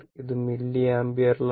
ഇത് മില്ലിയംപിയറിലാണ്